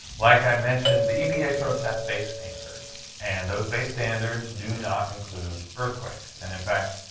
like i mentioned, the epa sort of sets base standards. and those base standards do not include earthquakes. and in fact,